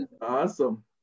Awesome